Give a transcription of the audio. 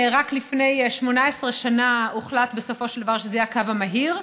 רק לפני 18 שנה הוחלט בסופו של דבר שזה יהיה הקו המהיר.